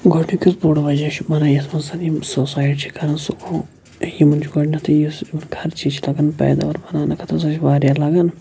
گۄڈنیُک یُس بوٚڈ وَجہ بَنان یَتھ مَنٛز یِم سوسایڈ چھِ کَران سُہ گوٚو یِمَن چھُ گۄڈنٮ۪تھٕے یُس یِمَن خَرچہِ چھِ لگَان پیداوار بَناونہٕ خٲطرٕ سۄ چھِ واریاہ لَگَان